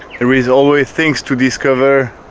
there is always things to discover,